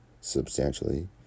substantially